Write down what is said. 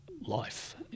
life